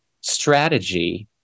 strategy